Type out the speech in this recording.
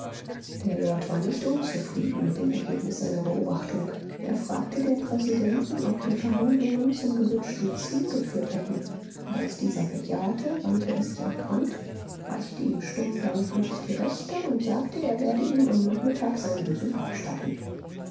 der lord war nicht unzufrieden mit dem ergebnis seiner beobachtung er fragte den präsidenten ob die verhandlungen zum gewünschten ziel geführt hätten und als dieser bejahte wandte er sich an quandt reichte ihm stumm dankend die rechte und sagte er werde ihm am nachmittag seinen besuch abstatten